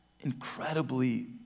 incredibly